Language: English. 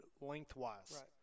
Lengthwise